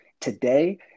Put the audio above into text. today